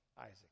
Isaac